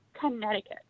Connecticut